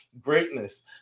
greatness